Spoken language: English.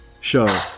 show